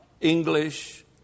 English